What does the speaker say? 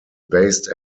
based